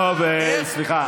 טוב, סליחה.